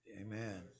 amen